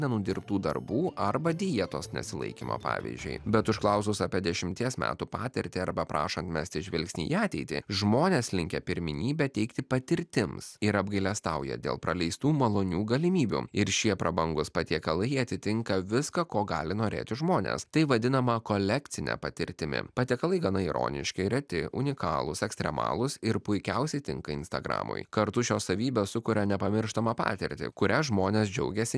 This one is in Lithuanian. nenudirbtų darbų arba dietos nesilaikymo pavyzdžiui bet užklausus apie dešimties metų patirtį arba prašant mesti žvilgsnį į ateitį žmonės linkę pirmenybę teikti patirtims ir apgailestauja dėl praleistų malonių galimybių ir šie prabangūs patiekalai atitinka viską ko gali norėti žmonės tai vadinama kolekcine patirtimi patiekalai gana ironiški reti unikalūs ekstremalūs ir puikiausiai tinka instagramui kartu šios savybės sukuria nepamirštamą patirtį kuria žmonės džiaugiasi